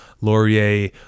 Laurier